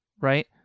right